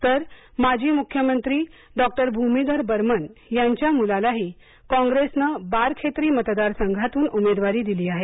तर माजी मुख्यमंत्री डॉ भुमिधर बर्मन यांच्या मुलालाही कॉप्रेसनं बारखेत्री मतदार संघातून उमेदवारी दिली आहे